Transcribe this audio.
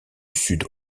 sud